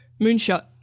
moonshot